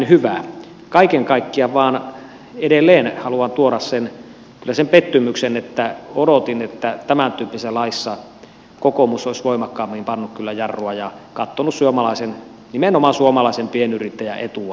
kaiken kaikkiaan haluan vain edelleen tuoda kyllä sen pettymyksen että odotin että tämäntyyppisessä laissa kokoomus olisi voimakkaammin pannut kyllä jarrua ja katsonut suomalaisen nimenomaan suomalaisen pienyrittäjän etua